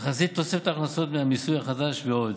תחזית לתוספת ההכנסות מהמיסוי החדש, ועוד.